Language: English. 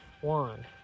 One